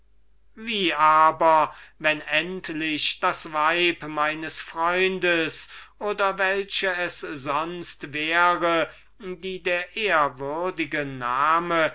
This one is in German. wie aber wenn endlich das weib meines freundes oder welche es sonst wäre die der ehrwürdige